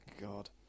God